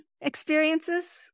experiences